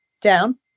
down